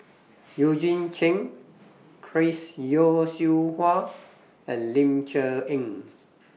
Eugene Chen Chris Yeo Siew Hua and Ling Cher Eng